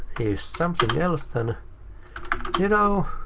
if something else, then. you know.